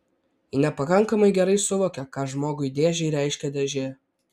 ji nepakankamai gerai suvokia ką žmogui dėžei reiškia dėžė